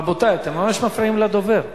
רבותי, אתם ממש מפריעים לדובר.